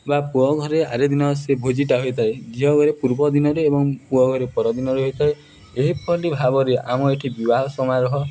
ବା ପୁଅ ଘରେ ଆର ଦିନ ସେ ଭୋଜିଟା ହୋଇଥାଏ ଝିଅ ଘରେ ପୂର୍ବ ଦିନରେ ଏବଂ ପୁଅ ଘରେ ପରଦିନରେ ହୋଇଥାଏ ଏହିଭଳି ଭାବରେ ଆମ ଏଠି ବିବାହ ସମାରୋହ